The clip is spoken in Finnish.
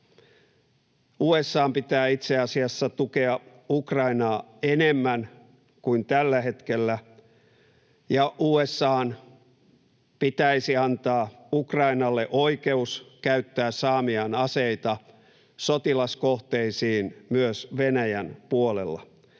USA:n pitää itse asiassa tukea Ukrainaa enemmän kuin tällä hetkellä, ja USA:n pitäisi antaa Ukrainalle oikeus käyttää saamiaan aseita sotilaskohteisiin myös Venäjän puolella.